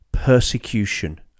persecution